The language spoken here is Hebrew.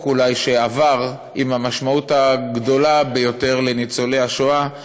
שעבר עם המשמעות הגדולה ביותר לניצולי השואה,